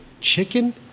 Chicken